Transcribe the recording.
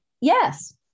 Yes